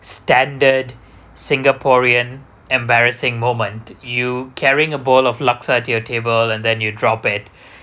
standard singaporean embarrassing moment you carrying a bowl of laksa at your table and then you drop it